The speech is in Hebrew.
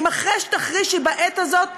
"אם החרש תחרישי בעת הזאת,